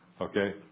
Okay